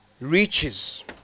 reaches